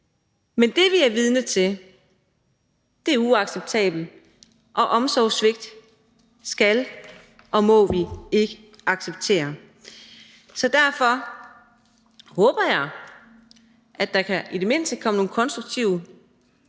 Men det, vi er vidne til, er uacceptabelt, og omsorgssvigt skal og må vi ikke acceptere. Derfor håber jeg, at der i det mindste kan komme nogle konstruktive